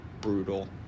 brutal